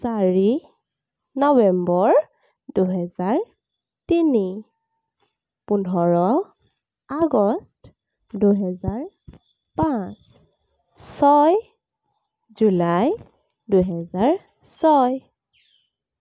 চাৰি নৱেম্বৰ দুহেজাৰ তিনি পোন্ধৰ আগষ্ট দুহেজাৰ পাঁচ ছয় জুলাই দুহেজাৰ ছয়